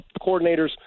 Coordinators